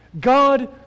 God